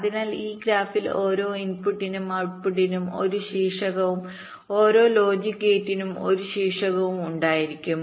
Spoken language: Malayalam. അതിനാൽ ഈ ഗ്രാഫിൽ ഓരോ ഇൻപുട്ടിനും ഔട്ട്പുട്ടിനും ഒരു ശീർഷവും ഓരോ ലോജിക് ഗേറ്റിനും ഒരു ശീർഷവും ഉണ്ടായിരിക്കും